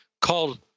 called